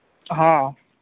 ᱦᱮᱸ